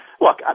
look